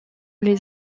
les